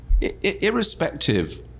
irrespective